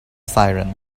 siren